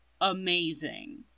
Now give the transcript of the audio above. amazing